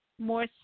more